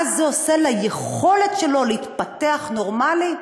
מה זה עושה ליכולת שלו להתפתח באופן נורמלי?